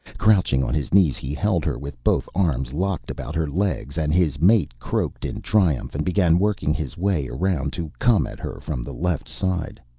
crouching on his knees, he held her with both arms locked about her legs, and his mate croaked in triumph and began working his way around to come at her from the left side.